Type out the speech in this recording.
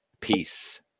Peace